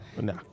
no